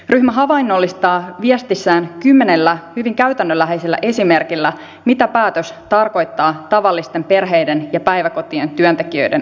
ryhmä havainnollistaa viestissään kymmenellä hyvin käytännönläheisellä esimerkillä mitä päätös tarkoittaa tavallisten perheiden ja päiväkotien työntekijöiden arjessa